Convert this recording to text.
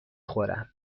خورم